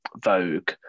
Vogue